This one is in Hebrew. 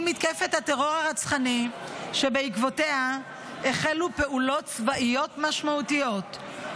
עם מתקפת הטרור הרצחני שבעקבותיה החלו פעולות צבאיות משמעותיות,